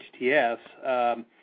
HTS